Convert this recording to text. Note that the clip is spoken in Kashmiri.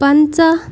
پَنژاہ